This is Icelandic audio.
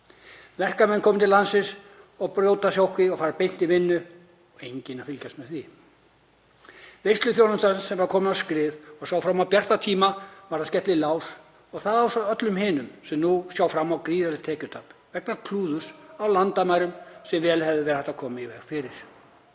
Verkamenn komnir til landsins brjóta sóttkví og fara beint í vinnu. Enginn að fylgjast með því. Veisluþjónustan sem var komin á skrið og sá fram á bjartari tíma varð að skella í lás og svo allir hinir sem nú sjá fram á gríðarlegt tekjutap vegna klúðurs á landamærum sem vel hefði verið hægt að koma í veg fyrir.